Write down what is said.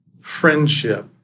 friendship